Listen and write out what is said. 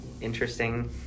interesting